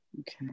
Okay